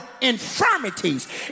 infirmities